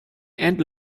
and